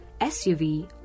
SUV